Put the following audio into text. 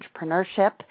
entrepreneurship